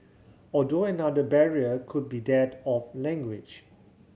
although another barrier could be that of language